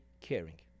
caring